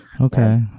Okay